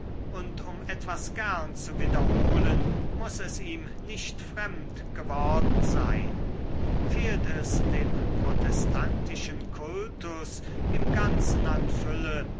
und um etwas gern zu wiederholen muß es ihm nicht fremd geworden sein fehlt es dem protestantischen kultus im ganzen an fülle